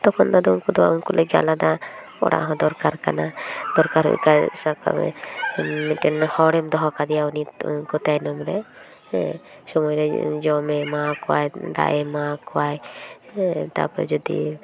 ᱛᱚᱠᱷᱚᱱ ᱫᱚ ᱟᱫᱚ ᱩᱱᱠᱩ ᱞᱟᱹᱜᱤᱫ ᱟᱞᱟᱫᱟ ᱚᱲᱟᱜ ᱦᱚᱸ ᱫᱚᱨᱠᱟᱨ ᱠᱟᱱ ᱜᱮᱭᱟ ᱫᱚᱨᱠᱟᱨ ᱦᱩᱭᱩᱜ ᱠᱷᱟᱱ ᱥᱟᱵ ᱠᱟᱜ ᱢᱮ ᱢᱤᱫᱴᱮᱱ ᱦᱚᱲᱮᱢ ᱫᱚᱦᱚ ᱠᱟᱫᱮᱭᱟ ᱩᱱᱤ ᱩᱱᱠᱩ ᱛᱟᱭᱱᱚᱢᱨᱮ ᱦᱮᱸ ᱥᱚᱢᱚᱭᱨᱮ ᱡᱚᱢᱮ ᱮᱢᱟᱠᱚᱣᱟ ᱫᱟᱜᱼᱮ ᱮᱢᱟᱣ ᱠᱚᱣᱟ ᱦᱮᱸ ᱛᱟᱨᱯᱚᱨ ᱡᱚᱫᱤ